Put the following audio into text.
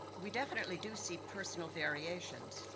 we definitely do see personal variations.